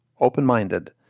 Open-minded